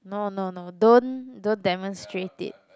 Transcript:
no no no don't don't demonstrate it